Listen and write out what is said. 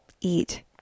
Eat